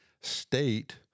state